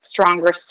stronger